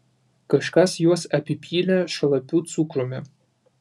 kažkas juos apipylė šlapiu cukrumi